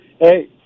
hey